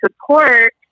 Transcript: support